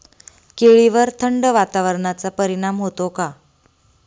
केळीवर थंड वातावरणाचा परिणाम होतो का?